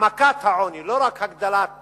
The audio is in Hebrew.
העמקת העוני, לא רק הגדלת